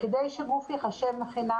כדי שגוף ייחשב מכינה,